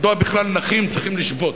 מדוע בכלל נכים צריכים לשבות?